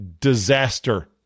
disaster